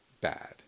bad